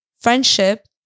friendship